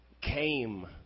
came